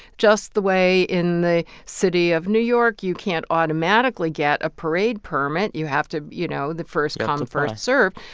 just the way in the city of new york, you can't automatically get a parade permit. you have to you know, the first come, first served